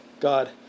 God